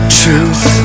truth